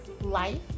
Life